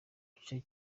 gice